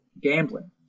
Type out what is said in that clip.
gambling